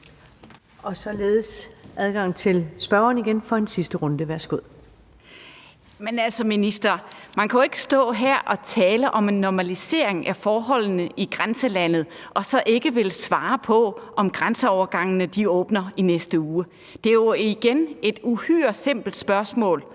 er der adgang til spørgeren igen for en sidste runde. Værsgo. Kl. 14:19 Eva Kjer Hansen (V): Men altså, minister, man kan jo ikke stå her og tale om en normalisering af forholdene i grænselandet og så ikke ville svare på, om grænseovergangene åbner i næste uge. Det er jo igen et uhyre simpelt spørgsmål: